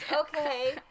Okay